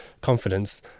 confidence